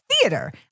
theater